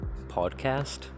podcast